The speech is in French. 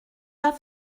pas